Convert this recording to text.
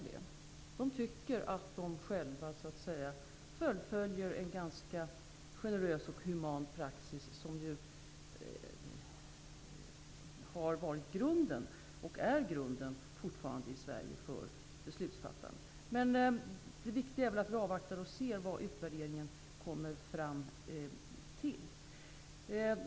De anser att de fullföljer en ganska generös och human praxis, vilket i Sverige ju har varit och fortfarande är grunden för beslutsfattande. Det viktiga är väl ändå att vi avvaktar och ser vad utvärderingen kommer fram till.